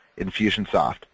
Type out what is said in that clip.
Infusionsoft